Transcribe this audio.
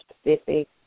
specific